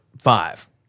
five